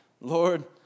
Lord